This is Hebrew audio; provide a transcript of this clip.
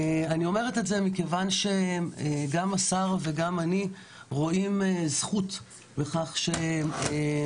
אני אומרת את זה מכיוון שגם השר וגם אני רואים זכות בכך שנפל